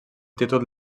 títol